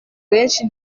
benshi